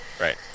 right